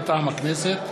מטעם הכנסת,